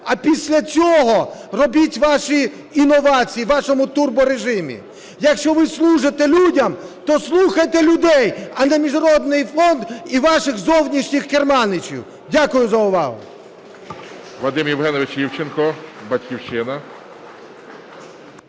а після цього робіть ваші інновації в вашому труборежимі. Якщо ви служите людям, то слухайте людей, а не Міжнародний фонд і ваших зовнішніх керманичів. Дякую за увагу.